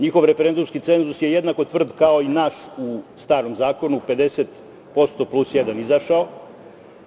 Njihov referendumski cenzus je jednako tvrd kao i naš u starom zakonu - 50% plus jedan izašao,